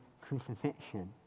crucifixion